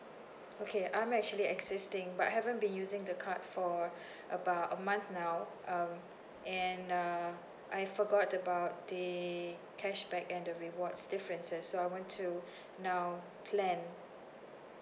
okay I'm actually existing but haven't been using the card for about a month now um and uh I forgot about the cashback and the rewards differences so I want to now plan